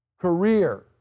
career